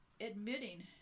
admitting